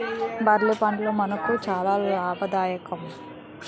barley పంట మనకు చాలా లాభదాయకం